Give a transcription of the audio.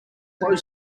closed